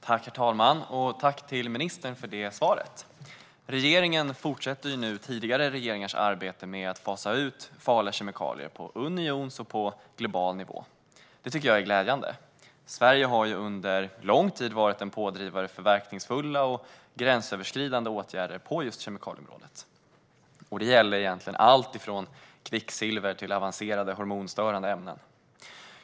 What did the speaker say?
Herr talman! Tack till ministern för svaret! Regeringen fortsätter nu tidigare regeringars arbete med att fasa ut farliga kemikalier på unionsnivå och på global nivå. Det är glädjande. Sverige har ju under lång tid varit pådrivande för verkningsfulla och gränsöverskridande åtgärder på just kemikalieområdet. Det gäller egentligen allt från kvicksilver till avancerade hormonstörande ämnen.